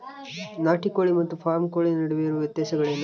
ನಾಟಿ ಕೋಳಿ ಮತ್ತು ಫಾರಂ ಕೋಳಿ ನಡುವೆ ಇರುವ ವ್ಯತ್ಯಾಸಗಳೇನು?